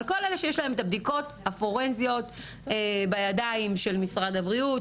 על כל אלה שיש להם את הבדיקות הפורנזיות בידיים של משרד הבריאות,